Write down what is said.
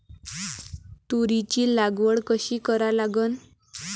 तुरीची लागवड कशी करा लागन?